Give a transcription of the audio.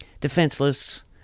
defenseless